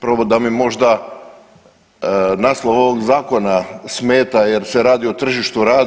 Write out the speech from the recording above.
Prvo da mi možda naslov ovog zakona smeta jer se radi o tržištu rada.